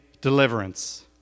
deliverance